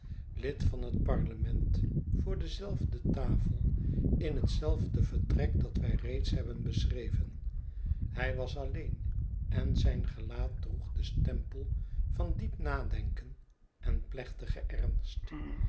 lid van het parlement voor dezelfde tafel in hetzelfde vertrek dat wij reeds hebben beschreven hij was alleen en zijn gelaat droeg den stempel van diep nadenken en plechtigen ernst